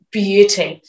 beauty